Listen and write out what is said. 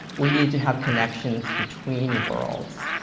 we need to have connections between worlds,